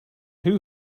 who